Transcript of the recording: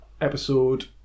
episode